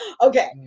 Okay